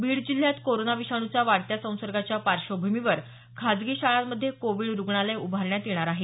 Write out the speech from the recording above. बीड जिल्ह्यात कोरोना विषाणूचा वाढत्या संसर्गाच्या पार्श्वभूमीवर खासगी शाळांमध्ये कोविड रुग्णालय उभारण्यात येणार आहे